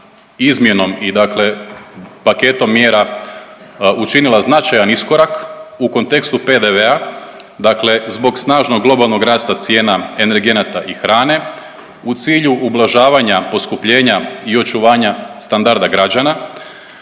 izmjenom i dakle paketom mjera učinila značajan iskorak u kontekstu PDV-a dakle zbog snažnog globalnog rasta cijena energenata i hrane u cilju ublažavanja poskupljenja i očuvanja standarda građana,